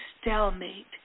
stalemate